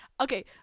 okay